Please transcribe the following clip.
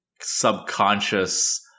subconscious